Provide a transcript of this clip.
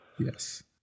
Yes